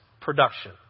production